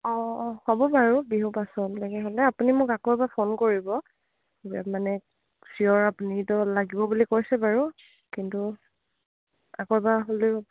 অঁ অ হ'ব বাৰু বিহু পাছলৈকে হ'লে আপুনি মোক আকৌ এবাৰ ফোন কৰিব এই মানে চিয়ৰ আপুনিতো লাগিব বুলি কৈছে বাৰু কিন্তু আকৌ এবাৰ হ'লেও